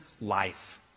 life